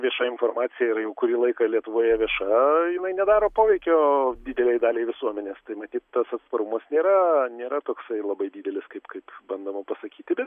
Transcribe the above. vieša informacija yra jau kurį laiką lietuvoje vieša jinai nedaro poveikio didelei daliai visuomenės tai matyt tas atsparumas nėra nėra toksai labai didelis kaip kaip bandoma pasakyti bet